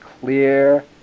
clear